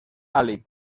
ali